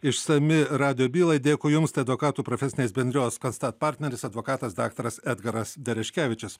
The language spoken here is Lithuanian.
išsami radijo bylai dėkui jums tai advokatų profesinės bendrijos kansta partneris advokatas daktaras edgaras dereškevičius